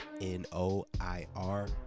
N-O-I-R